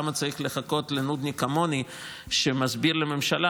למה צריך לחכות לנודניק כמוני שמסביר לממשלה